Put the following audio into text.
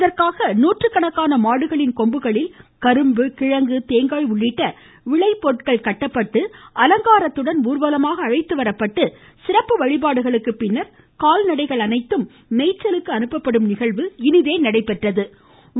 இதற்காக நூற்றுக்கணக்கான மாடுகளின் கொம்புகளில் கரும்பு கிழங்கு தேங்காய் உள்ளிட்ட விளை பொருட்கள் கட்டப்பட்டு சிறப்பு அலங்காரத்துடன் ஊர்வலமாக அழைத்து வரப்பட்டு சிறப்பு வழிபாடுகளுக்கு பின்னர் கால்நடைகள் அனைத்தும் மேய்ச்சலுக்கு அனுப்பப்படும் நிகழ்வு இனிதே நடைபெற்றது